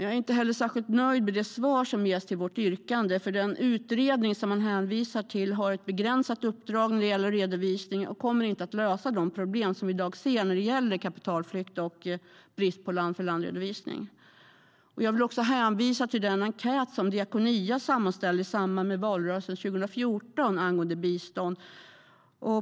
Jag är inte heller nöjd med svaret på vårt yrkande. Den utredning man hänvisar till har ett begränsat uppdrag när det gäller redovisning och kommer inte att lösa de problem som vi i dag ser när det gäller kapitalflykt och brist på land-för-land-redovisning. Jag vill också hänvisa till den enkät som Diakonia sammanställde i samband med valrörelsen 2014 angående bistånd.